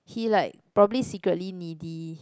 he like probably secretly needy